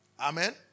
Amen